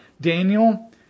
Daniel